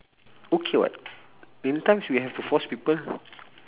okay [what] many times we have to force people